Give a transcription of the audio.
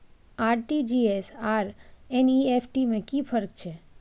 RTG S आर NEFT में कि फर्क छै?